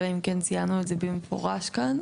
אלא אם כן ציינו את זה במפורש כאן.